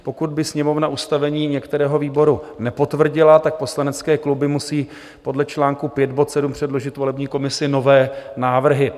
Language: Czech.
Pokud by Sněmovna ustavení některého výboru nepotvrdila, tak poslanecké kluby musí podle článku V, bod 7 předložit volební komisi nové návrhy.